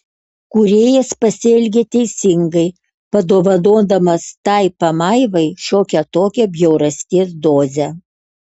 kūrėjas pasielgė teisingai padovanodamas tai pamaivai šiokią tokią bjaurasties dozę